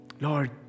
Lord